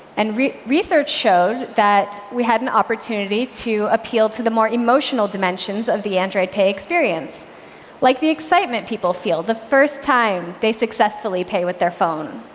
and research showed that we had an opportunity to appeal to the more emotional dimensions of the android pay experience like the excitement people feel the first time they successfully pay with their phone.